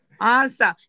Awesome